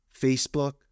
Facebook